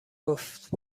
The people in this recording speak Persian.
گفت